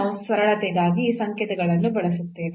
ನಾವು ಸರಳತೆಗಾಗಿ ಈ ಸಂಕೇತಗಳನ್ನು ಬಳಸುತ್ತೇವೆ